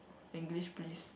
English please